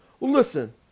Listen